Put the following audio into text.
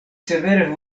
severe